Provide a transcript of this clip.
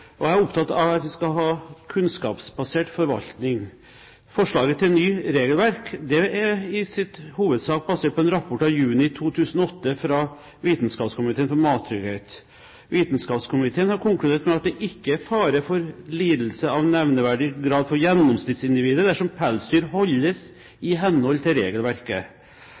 Jeg er opptatt av at vi skal ha kunnskapsbasert forvaltning. Forslaget til nytt regelverk er i hovedsak basert på en rapport fra juni 2008 fra Vitenskapskomiteen for mattrygghet. Vitenskapskomiteen har konkludert med at det ikke er fare for lidelse av nevneverdig grad på gjennomsnittsindividet dersom pelsdyr holdes i henhold til regelverket.